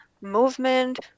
movement